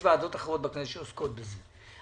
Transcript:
יש ועדות אחרות בכנסת שעוסקות בזה.